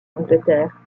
angleterre